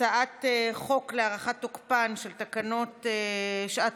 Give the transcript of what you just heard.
הצעת חוק להארכת תוקפן של תקנות שעת